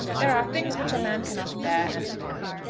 there are things which a man cannot bear and live.